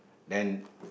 and